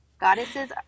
Goddesses